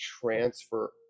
transfer